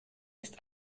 ist